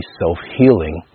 self-healing